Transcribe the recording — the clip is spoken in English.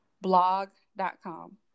blog.com